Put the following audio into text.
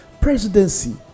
presidency